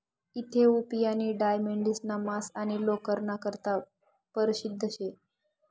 इथिओपियानी डाय मेढिसना मांस आणि लोकरना करता परशिद्ध शे